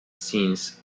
scenes